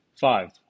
Five